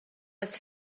was